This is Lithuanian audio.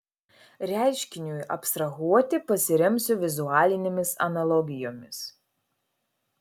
reiškiniui abstrahuoti pasiremsiu vizualinėmis analogijomis